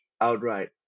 outright